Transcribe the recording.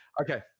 Okay